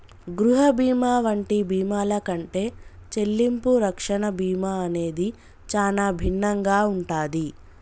గృహ బీమా వంటి బీమాల కంటే చెల్లింపు రక్షణ బీమా అనేది చానా భిన్నంగా ఉంటాది